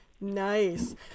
Nice